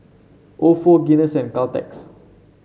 ofo Guinness and Caltex